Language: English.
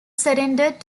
surrendered